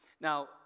Now